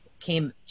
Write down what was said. came